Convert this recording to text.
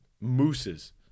mooses